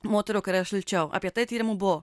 moterų kai yra šilčiau apie tai tyrimų buvo